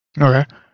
Okay